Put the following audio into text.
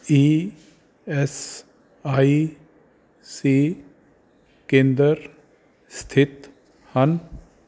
E S I C ਕੇਂਦਰ ਸਥਿਤ ਹਨ